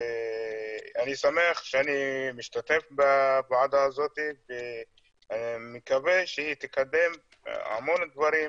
אני שמח שאני משתתף בוועדה הזאת ומקווה שהיא תקדם המון דברים.